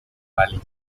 valley